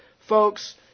folks